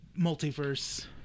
multiverse